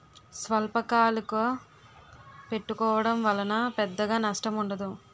స్వల్పకాలకు పెట్టుకోవడం వలన పెద్దగా నష్టం ఉండదు